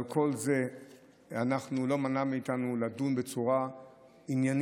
אבל כל זה לא מנע מאיתנו לדון בצורה עניינית